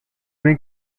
been